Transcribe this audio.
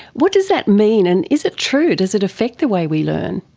what does that mean, and is it true, does it affect the way we learn?